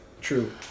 True